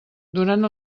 durant